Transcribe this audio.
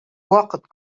вакыт